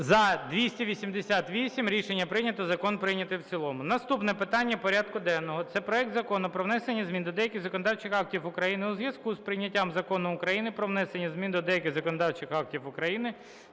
За-288 Рішення прийнято. Закон прийнятий в цілому. Наступне питання порядку денного. Це проект Закону про внесення змін до деяких законодавчих актів України у зв'язку з прийняттям Закону України "Про внесення змін до деяких законодавчих актів України